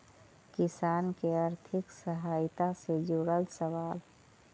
किसान के आर्थिक सहायता से जुड़ल सवाल?